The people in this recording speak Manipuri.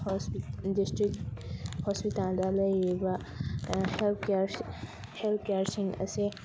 ꯗꯤꯁꯇ꯭ꯔꯤꯛ ꯍꯣꯁꯄꯤꯇꯥꯜꯗ ꯂꯩꯔꯤꯕ ꯍꯦꯜꯊ ꯀꯦꯌꯔꯁꯤ ꯍꯦꯜꯊ ꯀꯦꯌꯔꯁꯤꯡ ꯑꯁꯦ